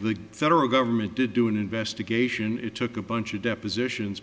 the federal government did do an investigation it took a bunch of depositions